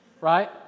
right